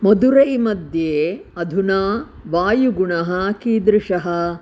मदुरैमध्ये अधुना वायुगुणः कीदृशः